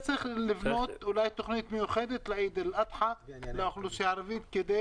לכן צריך לבנות תכנית מיוחדת לעיד אל אדחא לאוכלוסייה הערבית כדי